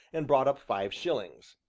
and brought up five shillings.